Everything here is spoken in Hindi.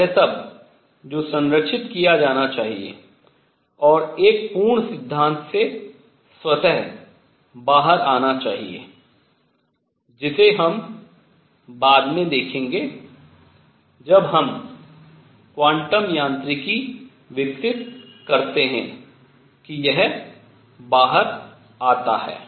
वह सब जो संरक्षित किया जाना चाहिए और एक पूर्ण सिद्धांत से स्वतः बाहर आना चाहिए जिसे हम बाद में देखेंगे जब हम क्वांटम यांत्रिकी विकसित करते हैं कि यह बाहर आता है